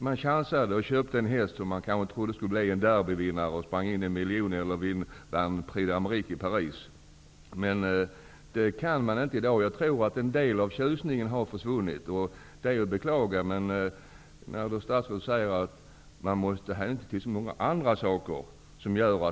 Man chansade och köpte en häst som hoppades skulle bli en derbyvinnare eller rent av vinna Prix d'Amerique i Paris och springa in en miljon. Det kan man inte i dag, och jag tror att en del av tjusningen har försvunnit. Det är att beklaga.